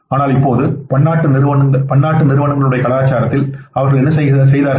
ஆனால் இப்போது இந்த பன்னாட்டு கலாச்சாரத்தில் அவர்கள் என்ன செய்தார்கள்